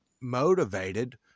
motivated